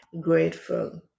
grateful